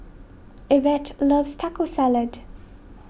Ivette loves Taco Salad